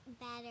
better